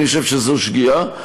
אני חושב שזאת שגיאה.